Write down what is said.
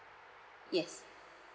yes